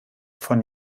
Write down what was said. von